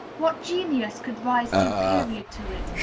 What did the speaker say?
what genius could rise superior to it,